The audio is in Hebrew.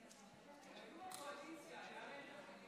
אני קודם כול רוצה להקדים